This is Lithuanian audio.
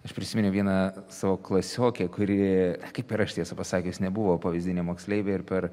aš prisiminiau vieną savo klasiokę kuri kaip ir aš tiesą pasakius nebuvo pavyzdinė moksleivė ir per